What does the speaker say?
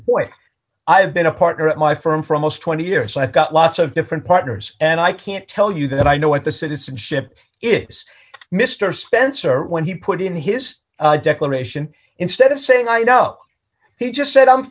i've been a partner at my firm for most twenty years so i've got lots of different partners and i can't tell you that i know what the citizenship is mr spencer when he put in his declaration instead of saying i know he just said i'm